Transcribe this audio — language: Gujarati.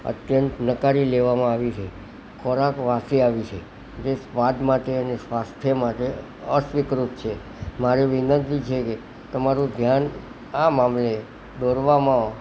અત્યંત નકારી લેવામાં આવી છે ખોરાક વાસી આવ્યો છે જે સ્વાદ માટે અને સ્વાસ્થ્ય માટે અસ્વીકૃત છે મારી વિનંતી છેકે તમારું ધ્યાન આ મામલે દોરવામાં